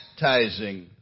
baptizing